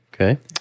Okay